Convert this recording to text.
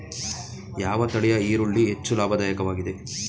ಯಾವ ತಳಿಯ ಈರುಳ್ಳಿ ಹೆಚ್ಚು ಲಾಭದಾಯಕವಾಗಿದೆ?